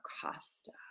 Costa